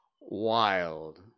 wild